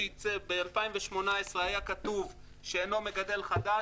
ב-2018 היה כתוב "שאינו מגדל חדש",